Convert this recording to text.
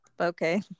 okay